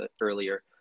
earlier